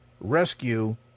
rescue